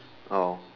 oh